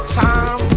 time